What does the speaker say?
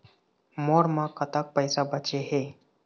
मोर म कतक पैसा बचे हे?